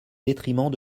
détriment